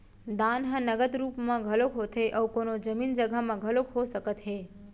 दान ह नगद रुप म घलोक होथे अउ कोनो जमीन जघा म घलोक हो सकत हे